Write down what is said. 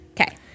Okay